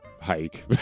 hike